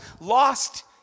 lost